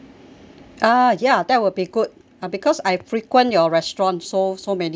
ah ya that will be good because I frequent your restaurant so so many times